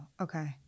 Okay